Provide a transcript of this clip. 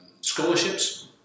scholarships